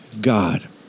God